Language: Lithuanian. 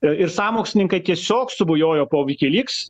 ir sąmokslininkai tiesiog subujojo po wikileaks